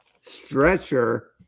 Stretcher